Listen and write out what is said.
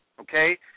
okay